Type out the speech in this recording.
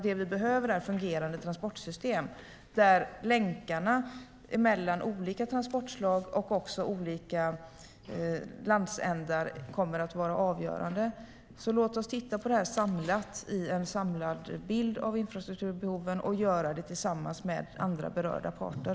Det vi behöver är fungerande transportsystem där länkarna mellan olika transportslag och olika landsändar kommer att vara avgörande. Låt oss titta på detta samlat i en samlad bild av infrastrukturbehoven och göra det tillsammans med andra berörda parter.